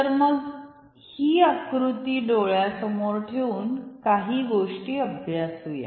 तर मग ही आक्रुती डोळ्यासमोर ठेवून काही गोष्टी अभ्यासू या